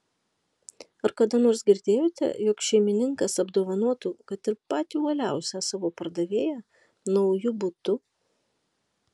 ar kada nors girdėjote jog šeimininkas apdovanotų kad ir patį uoliausią savo pardavėją nauju butu